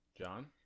John